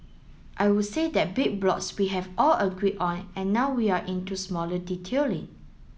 I would say that big blocks we have all agreed on and now we're into smaller detailing